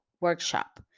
workshop